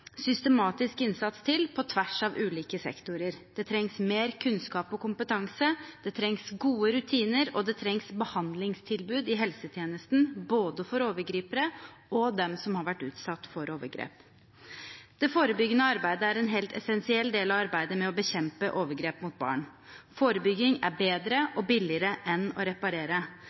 systematisk innsats til på tvers av ulike sektorer. Det trengs mer kunnskap og kompetanse, det trengs gode rutiner, og det trengs behandlingstilbud i helsetjenesten for både overgripere og dem som har vært utsatt for overgrep. Det forebyggende arbeidet er en helt essensiell del av arbeidet med å bekjempe overgrep mot barn. Forebygging er bedre og billigere enn å reparere,